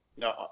No